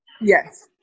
Yes